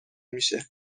میشه